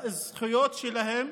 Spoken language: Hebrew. בזכויות שלהם,